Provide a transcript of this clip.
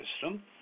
system